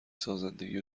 سازندگی